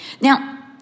Now